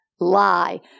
lie